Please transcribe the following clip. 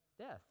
death